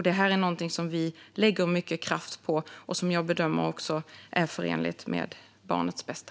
Detta är något som vi lägger mycket kraft på och som jag bedömer också är förenligt med barnets bästa.